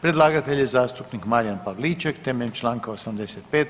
Predlagatelj je zastupnik Marijan Pavliček, temeljem čl. 85.